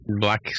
black